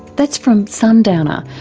that's from sundowner,